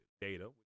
data